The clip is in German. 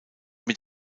mit